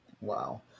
Wow